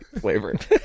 Flavored